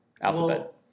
alphabet